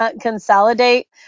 consolidate